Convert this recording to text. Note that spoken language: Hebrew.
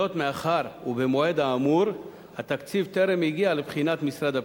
מאחר שבמועד האמור התקציב טרם הגיע לבחינת משרד הפנים.